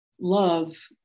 love